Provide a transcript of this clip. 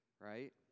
right